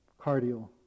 cardial